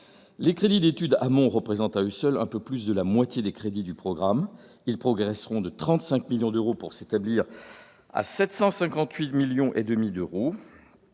Les crédits d'études amont représentent, à eux seuls, un peu plus de la moitié des crédits du programme, et progresseront de 35 millions d'euros pour s'établir à 758,5 millions d'euros.